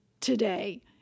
today